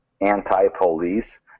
anti-police